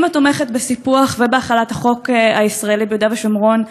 אם את תומכת בסיפוח ובהחלת החוק הישראלי ביהודה ושומרון,